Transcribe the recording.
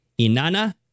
Inanna